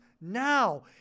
now